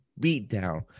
beatdown